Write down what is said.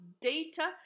data